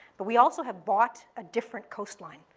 but we also have bought a different coastline.